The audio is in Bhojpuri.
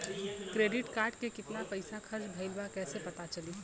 क्रेडिट कार्ड के कितना पइसा खर्चा भईल बा कैसे पता चली?